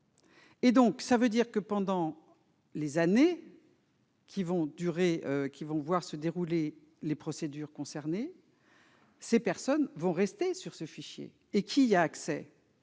Et donc ça veut dire que pendant les années. Qui vont durer qui vont voir se dérouler les procédures concernées, ces personnes vont rester sur ce fichier et qui y a accès.